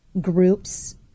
groups